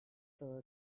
todo